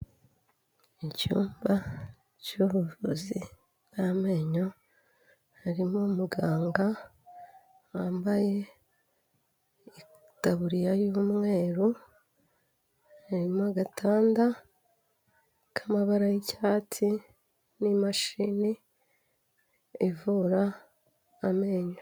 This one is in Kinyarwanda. Icyumba cy'ubuvuzi bw'amenyo harimo umuganga wambaye itaburiya y'umweru, harimo agatanda k'amabara y'icyatsi n'imashini ivura amenyo.